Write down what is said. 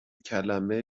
کلمه